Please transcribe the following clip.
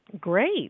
great